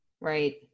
Right